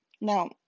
Now